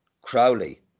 Crowley